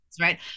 right